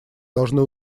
должны